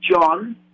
John